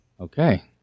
Okay